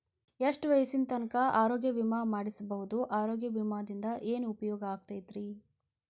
ಎಷ್ಟ ವಯಸ್ಸಿನ ತನಕ ಆರೋಗ್ಯ ವಿಮಾ ಮಾಡಸಬಹುದು ಆರೋಗ್ಯ ವಿಮಾದಿಂದ ಏನು ಉಪಯೋಗ ಆಗತೈತ್ರಿ?